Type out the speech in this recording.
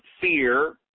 fear